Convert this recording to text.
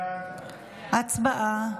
הצבעה.